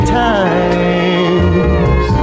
times